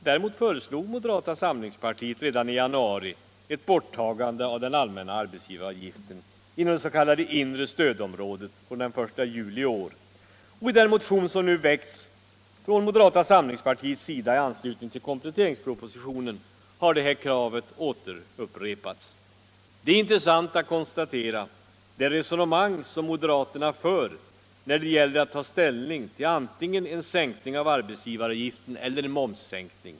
Däremot föreslog moderata samlingspartiet redan i januari ett borttagande av den allmänna arbetsgivaravgiften inom det s.k. inre stödområdet från den 1 juli i år. Och i den motion som moderaterna nu har väckt i anslutning till kompletteringspropositionen har det kravet upprepats. Det är intressant att konstatera det resonemang som moderaterna för när det gäller att ta ställning till antingen en sänkning av arbetsgivaravgiften eller en momssänkning.